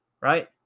Right